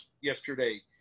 yesterday